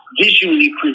visually